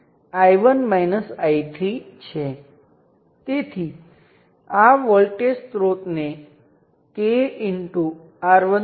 તેથી આ બે નોડ ગુલાબી રંગ વડે દર્શાવેલ છે જે 0 ધરાવે છે વ્યાખ્યાનાં સંદર્ભ વડે શૂન્ય વોલ્ટેજ તરીકે અને આનાં સંદર્ભમાં અહીં સમાન વોલ્ટેજ જે પણ શૂન્ય છે